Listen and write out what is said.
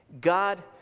God